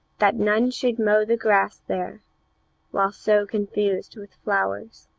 that none should mow the grass there while so confused with flowers.